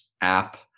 app